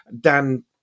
Dan